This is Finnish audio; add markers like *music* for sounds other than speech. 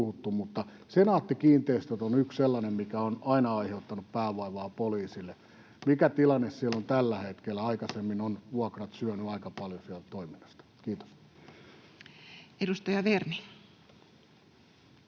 Senaatti-kiinteistöt on yksi sellainen, mikä on aina aiheuttanut päänvaivaa poliisille. *noise* Mikä tilanne siellä on tällä hetkellä? Aikaisemmin ovat vuokrat syöneet aika paljon sieltä toiminnasta. — Kiitos. [Speech